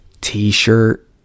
t-shirt